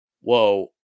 whoa